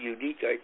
unique